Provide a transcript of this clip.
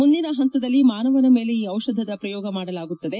ಮುಂದಿನ ಹಂತದಲ್ಲಿ ಮಾನವರ ಮೇಲೆ ಈ ದಿಪಧದ ಪ್ರಯೋಗ ಮಾಡಲಾಗುತ್ತದೆ